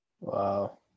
Wow